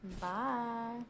Bye